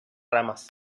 ramas